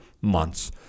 months